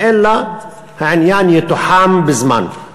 אלא העניין יתוחם בזמן.